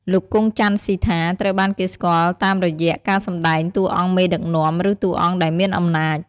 លោក គង់ ចាន់ស៊ីថា ត្រូវបានគេស្គាល់តាមរយៈការសម្តែងតួអង្គមេដឹកនាំ ឬតួអង្គដែលមានអំណាច។